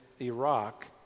Iraq